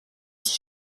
six